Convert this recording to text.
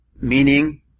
meaning